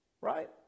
Right